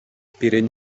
пирӗн